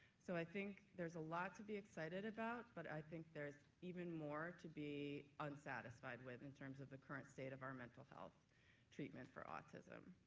so i think there's a lot to be excited about but i think there's even more to be unsatisfied with in terms of the current state of our mental health treatment for autism.